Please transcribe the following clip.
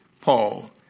Paul